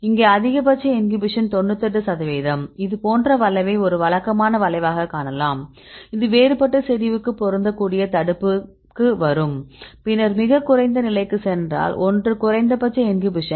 இங்கே அதிகபட்ச இன்ஹிபிஷன் 98 சதவிகிதம் இது போன்ற வளைவை ஒரு வழக்கமான வளைவாகக் காணலாம் இது வேறுபட்ட செறிவுக்கு பொருந்தக்கூடிய தடுப்புக்கு வரும் பின்னர் மிகக் குறைந்த நிலைக்குச் சென்றால் ஒன்று குறைந்தபட்ச இன்ஹிபிஷன் 10